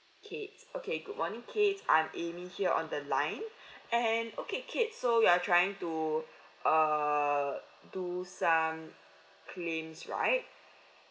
okay okay good morning kate I'm amy here on the line and okay kate you are trying to uh do some claims right